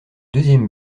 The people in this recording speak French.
deuxième